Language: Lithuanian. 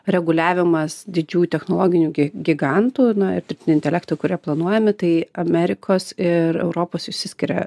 reguliavimas didžiųjų technologinių gi gigantų ir dirbtinio intelekto kurie planuojami tai amerikos ir europos išsiskiria